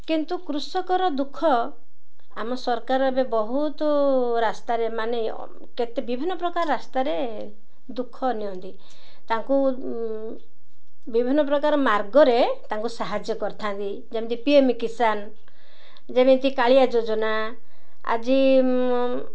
କିନ୍ତୁ କୃଷକର ଦୁଃଖ ଆମ ସରକାର ଏବେ ବହୁତ ରାସ୍ତାରେ ମାନେ କେତେ ବିଭିନ୍ନ ପ୍ରକାର ରାସ୍ତାରେ ଦୁଃଖ ନିଅନ୍ତି ତା'ଙ୍କୁ ବିଭିନ୍ନ ପ୍ରକାର ମାର୍ଗରେ ତା'ଙ୍କୁ ସାହାଯ୍ୟ କରିଥାନ୍ତି ଯେମିତି ପିଏମ୍ କିସାନ୍ ଯେମିତି କାଳିଆ ଯୋଜନା ଆଜି